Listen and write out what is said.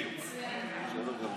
טוב מאוד.